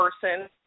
person